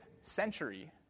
century